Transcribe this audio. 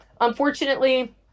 Unfortunately